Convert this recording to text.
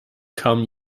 kam